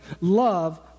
Love